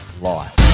life